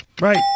Right